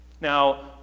Now